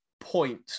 point